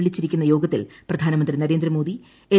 വിളിച്ചിരിക്കുന്ന യോഗത്തിൽ പ്രധാനമന്ത്രി നരേന്ദ്രമോദി എൽ